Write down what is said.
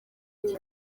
iki